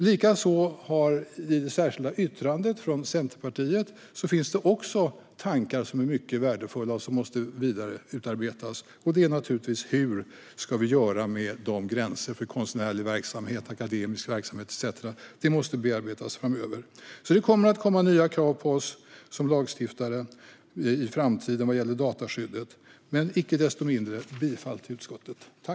Likaså finns det i det särskilda yttrandet från Centerpartiet tankar som är mycket värdefulla och som måste bearbetas vidare framöver. Det handlar om hur vi ska göra med gränserna för konstnärlig verksamhet, akademisk verksamhet etcetera. Det kommer nya krav på oss som lagstiftare i framtiden vad gäller dataskyddet. Icke desto mindre yrkar jag bifall till utskottets förslag.